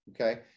okay